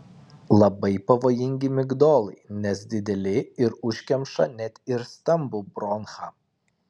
labai pavojingi migdolai nes dideli ir užkemša net ir stambų bronchą